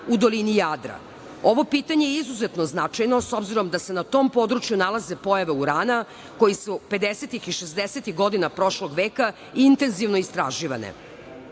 u dolini Jadra. Ovo pitanje je izuzetno značajno, s obzirom da se na tom području nalaze pojave urana, koji su 50-ih i 60-ih godina prošlog veka intenzivno istraživane.